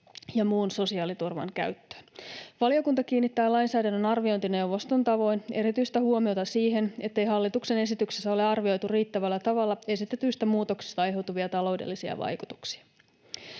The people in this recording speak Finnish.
ja muun sosiaaliturvan käyttöön. Valiokunta kiinnittää lainsäädännön arviointineuvoston tavoin erityistä huomiota siihen, ettei hallituksen esityksessä ole arvioitu riittävällä tavalla esitetyistä muutoksista aiheutuvia taloudellisia vaikutuksia.